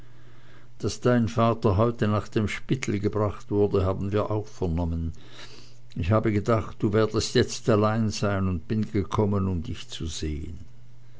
daß dein vater heute nach dem spittel gebracht wurde haben wir auch vernommen ich habe gedacht du werdest jetzt allein sein und bin gekommen um dich zu sehen